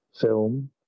film